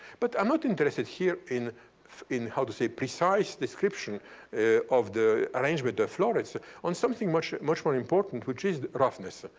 but i'm not interested here in in how to say precise description of the arrangement the florets on something much, much more important, which is the roughness.